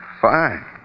fine